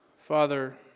Father